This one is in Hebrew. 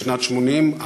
בשנת 1980,